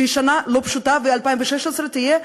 שהיא שנה לא פשוטה, ו-2016 תהיה,